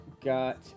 got